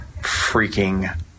freaking